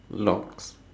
locks